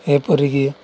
ଏପରିକି